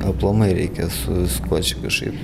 aplamai reikia su viskuo čia kažkaip